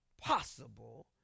possible